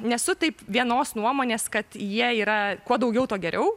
nesu taip vienos nuomonės kad jie yra kuo daugiau tuo geriau